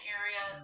area